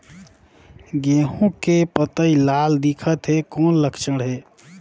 गहूं के पतई लाल दिखत हे कौन लक्षण हे?